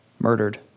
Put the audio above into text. murdered